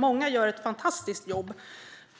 Många gör ett fantastiskt jobb